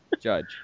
Judge